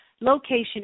location